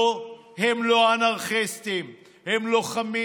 לא, הם לא אנרכיסטים, הם לוחמים.